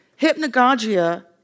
hypnagogia